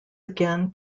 again